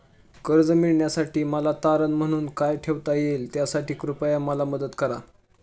कर्ज मिळविण्यासाठी मला तारण म्हणून काय ठेवता येईल त्यासाठी कृपया मला मदत करा